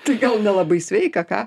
taio gal nelabai sveika ką